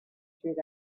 through